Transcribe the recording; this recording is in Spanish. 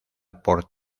por